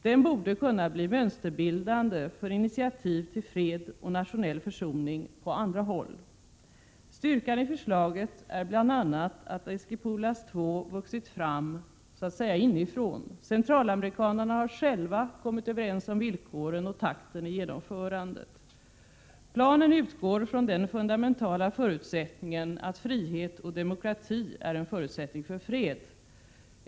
Den borde kunna bli mönsterbildande för initiativ till fred och nationell försoning på andra håll. Styrkan i förslaget är bl.a. att Esquipulas II vuxit fram så att säga inifrån. Centralamerikanerna har själva kommit överens om villkoren och takten i genomförandet. Planen utgår från den fundamentala förutsättningen att frihet och demokrati är en förutsättning för fred.